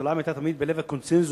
ירושלים היתה תמיד בלב הקונסנזוס,